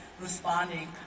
responding